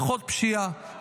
פחות פשיעה,